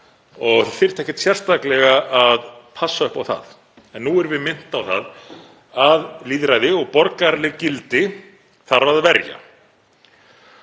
og þyrftu ekkert sérstaklega að passa upp á það. En nú erum við minnt á það að lýðræði og borgaraleg gildi þarf að verja